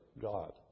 God